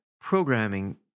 programming